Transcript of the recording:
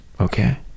Okay